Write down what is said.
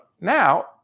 now